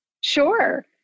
Sure